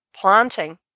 planting